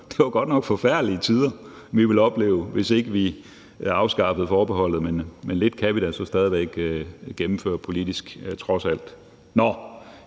det var godt nok forfærdelige tider, vi ville opleve, hvis ikke vi afskaffede forbeholdet, men lidt kan vi trods alt stadig væk gennemføre politisk. Indholdet